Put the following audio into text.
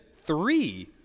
Three